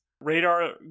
radar